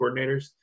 coordinators